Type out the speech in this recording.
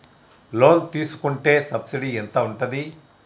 Loan తీసుకుంటే subsidy ఎంత ఉంటది?